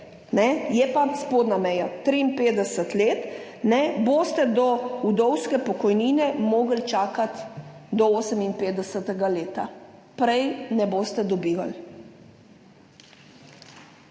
je pa spodnja meja 53 let, ne, boste do vdovske pokojnine mogli čakati do 58. leta, prej ne boste dobivali.